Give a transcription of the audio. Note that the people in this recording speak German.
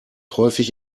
häufig